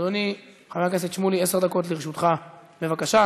אדוני חבר הכנסת שמולי, עשר דקות לרשותך, בבקשה,